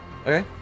Okay